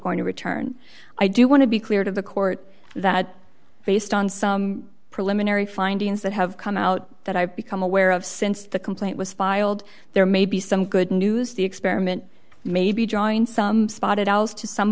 going to return i do want to be clear to the court that based on some preliminary findings that have come out that i've become aware of since the complaint was filed there may be some good news the experiment may be drawing some s